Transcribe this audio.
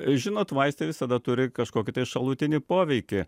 žinot vaistai visada turi kažkokį tai šalutinį poveikį